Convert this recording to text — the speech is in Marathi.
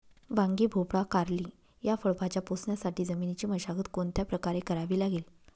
वांगी, भोपळा, कारली या फळभाज्या पोसण्यासाठी जमिनीची मशागत कोणत्या प्रकारे करावी लागेल?